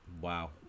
Wow